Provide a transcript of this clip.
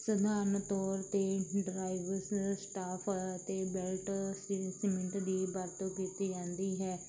ਸਧਾਰਨ ਤੌਰ 'ਤੇ ਡਰਾਈਵਰਸ ਸਟਾਫ ਅਤੇ ਬੈਲਟ ਸੀਮਿੰਟ ਦੀ ਵਰਤੋਂ ਕੀਤੀ ਜਾਂਦੀ ਹੈ